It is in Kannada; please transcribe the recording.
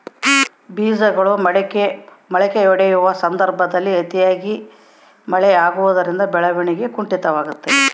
ಬೇಜಗಳು ಮೊಳಕೆಯೊಡೆಯುವ ಸಂದರ್ಭದಲ್ಲಿ ಅತಿಯಾದ ಮಳೆ ಆಗುವುದರಿಂದ ಬೆಳವಣಿಗೆಯು ಕುಂಠಿತವಾಗುವುದೆ?